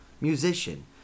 musician